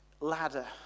ladder